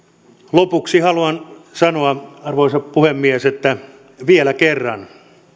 lopuksi haluan sanoa arvoisa puhemies vielä kerran